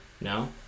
No